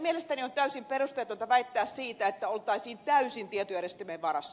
mielestäni on täysin perusteetonta väittää että oltaisiin täysin tietojärjestelmien varassa